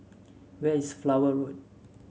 where is Flower Road